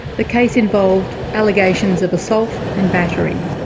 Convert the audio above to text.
the case involved allegations of assault and battery.